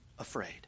afraid